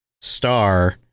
star